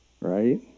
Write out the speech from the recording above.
Right